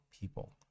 people